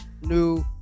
new